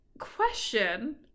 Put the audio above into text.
question